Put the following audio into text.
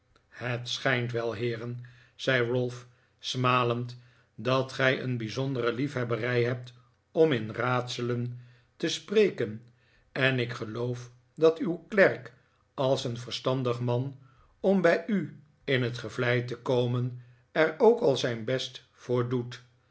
het schijnt wel heeren zei ralph smalend dat gij een bijzondere liefhebberij hebt om in raadselen te spreken en ik geloof dat uw klerk als een verstandig man om bij u in het gevlij te komen er ook al zijn best voor doet